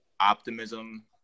optimism